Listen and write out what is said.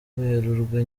werurwe